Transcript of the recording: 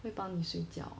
会帮你睡觉